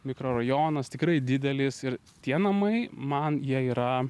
mikrorajonas tikrai didelis ir tie namai man jie yra